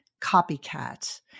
copycats